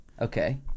Okay